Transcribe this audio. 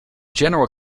general